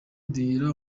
diarra